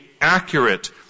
accurate